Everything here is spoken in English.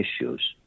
issues